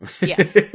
Yes